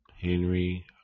Henry